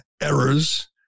errors